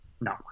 No